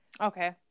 Okay